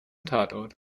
tatort